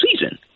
season